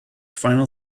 final